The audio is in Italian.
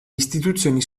istituzioni